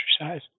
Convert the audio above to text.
exercise